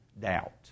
doubt